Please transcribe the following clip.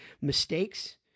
mistakes